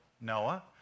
Noah